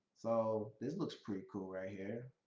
so this looks pretty cool right here.